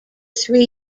three